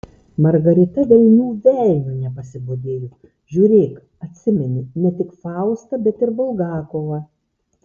margarita velnių velniu nepasibodėjo žiūrėk atsimeni ne tik faustą bet ir bulgakovą